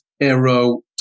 arrow